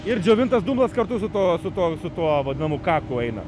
ir džiovintas dumblas kartu su tuo tuo su tuo vadinamu kaku eina